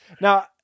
now